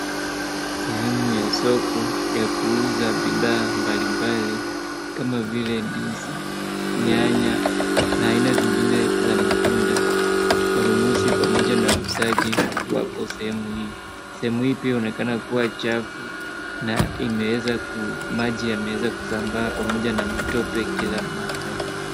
Sehemu ya soko ya kuuza bidhaa mbalimbali kama vile ndizi, nyanya na aina zingine za matunda. Wanunuzi pamoja na wauzaji wako sehemu hii. Sehemu hii pia uonekana kuwa chafu na maji yameeza kusambaa pamoja na matope kila mahali.